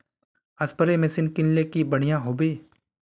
Spray machine किनले की बढ़िया होबवे?